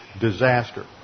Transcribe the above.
disaster